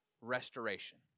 restoration